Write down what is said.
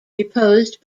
deposed